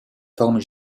formes